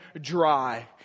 dry